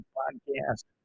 podcast